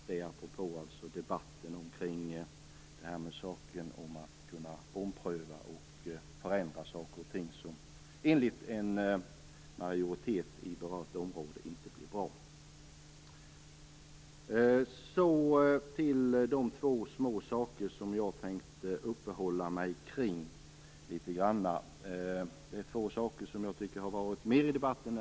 Det här var apropå debatten om att kunna ompröva och förändra saker som enligt en majoritet inom berört område inte blir bra. Så till de två saker jag hade tänkt att uppehålla mig kring. Det är två saker som har varit med i debatten.